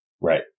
Right